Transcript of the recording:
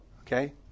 Okay